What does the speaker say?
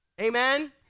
Amen